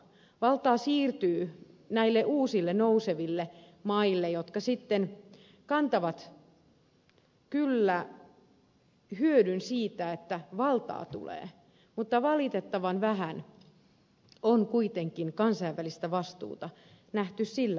valtaa siirtyy näille uusille nouseville maille jotka sitten kantavat kyllä hyödyn siitä että valtaa tulee mutta valitettavan vähän on kuitenkin kansainvälistä vastuuta nähty sillä puolella